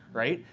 right?